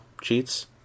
cheats